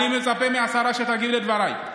אני מצפה מהשרה תגיב לדבריי,